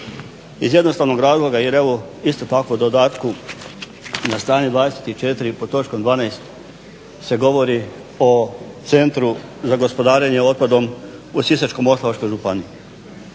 Iz jednostavnog razloga jer evo isto tako dodatku na strani 24. pod točkom 12. se govori o Centru za gospodarenje otpadom u Sisačko-moslavačkoj županiji.